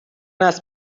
است